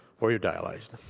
or you're dialyzed.